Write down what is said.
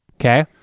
okay